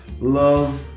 love